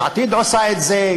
יש עתיד עושה את זה,